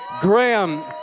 Graham